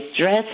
dress